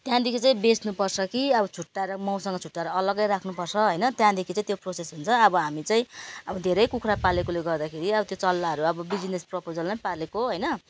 त्यहाँदेखि चाहिँ बेच्नु पर्छ कि अब छुट्याएर माउसँग छुट्याएर अलग्ग राख्नु पर्छ होइन त्यहाँदेखि चाहिँ त्यो प्रोसेस हुन्छ अब हामी चाहिँ अब धेरै कुखुरा पालेकाले गर्दाखेरि अब त्यो चल्लाहरू अब बिजिनेस प्रपोजलमा पालेको होइन